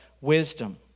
wisdom